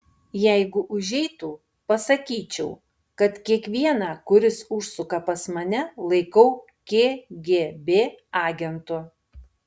jeigu užeitų pasakyčiau kad kiekvieną kuris užsuka pas mane laikau kgb agentu